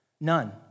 none